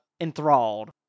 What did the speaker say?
enthralled